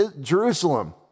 Jerusalem